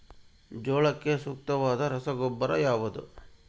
ಜೋಳಕ್ಕೆ ಸೂಕ್ತವಾದ ರಸಗೊಬ್ಬರ ಯಾವುದು?